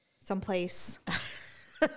someplace